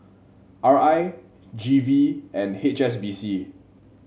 R I G V and H S B C